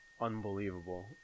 unbelievable